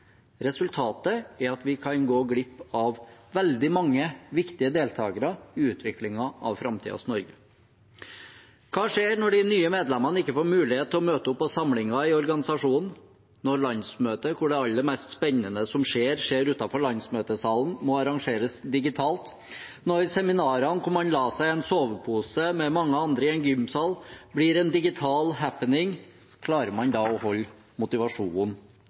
Resultatet er at vi kan gå glipp av veldig mange viktige deltagere i utviklingen av framtidens Norge. Hva skjer når de nye medlemmene ikke får mulighet til å møte opp på samlinger i organisasjonen, når landsmøtet – hvor det aller mest spennende som skjer, skjer utenfor landsmøtesalen – må arrangeres digitalt, når seminarene hvor man la seg i en sovepose sammen med mange andre i en gymsal, blir en digital happening? Klarer man da å holde motivasjonen